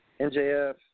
NJF